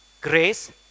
grace